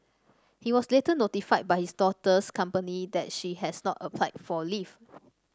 he was later notified by his daughter's company that she has not applied for leave